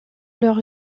leur